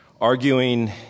Arguing